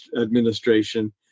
administration